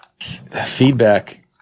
feedback